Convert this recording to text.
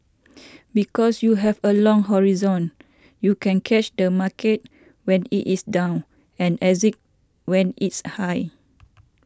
because you have a long horizon you can catch the market when it is down and exit when it's high